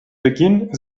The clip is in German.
beginn